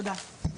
תודה.